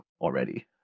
already